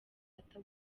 ata